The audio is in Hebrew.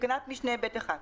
בתקנת משנה (ב1)